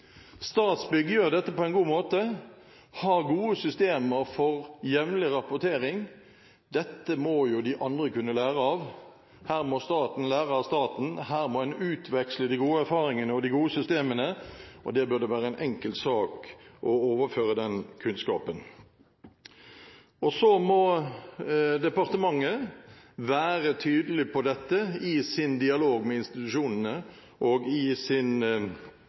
gjør dette på en god måte og har gode systemer for jevnlig rapportering. Dette må de andre kunne lære av. Her må staten lære av staten, her må en utveksle de gode erfaringene og de gode systemene. Det burde være en enkel sak å overføre den kunnskapen. Så må departementet være tydelig på dette i sin dialog med institusjonene og i